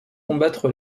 combattre